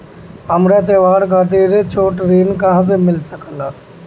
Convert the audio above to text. हमरा त्योहार खातिर छोट ऋण कहाँ से मिल सकता?